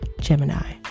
Gemini